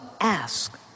ask